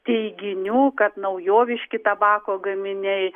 teiginių kad naujoviški tabako gaminiai